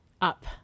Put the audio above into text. up